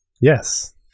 Yes